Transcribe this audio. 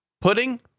Pudding